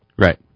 Right